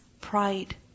pride